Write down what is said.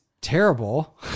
terrible